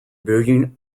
virgin